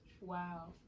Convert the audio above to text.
wow